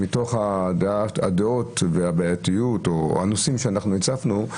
הדעות והבעייתיות או הנושאים שאנחנו הצפנו.